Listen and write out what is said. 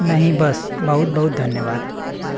नहीं बस बहुत बहुत धन्यवाद